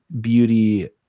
beauty